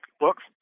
books